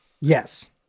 Yes